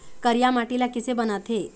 करिया माटी ला किसे बनाथे?